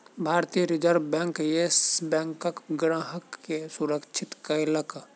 भारतीय reserve bank, Yes बैंकक ग्राहक के सुरक्षित कयलक